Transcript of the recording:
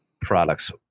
Products